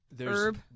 Herb